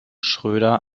schröder